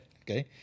Okay